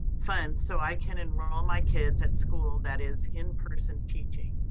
funds so i can enroll my kids at school that is in person teaching.